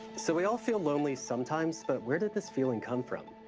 so we all feel lonely sometimes, but where did this feeling come from?